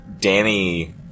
Danny